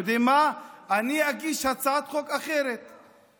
אני אגיש הצעת חוק אחרת,